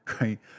Right